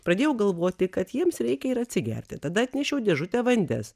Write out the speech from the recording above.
pradėjau galvoti kad jiems reikia ir atsigerti tada atnešiau dėžutę vandens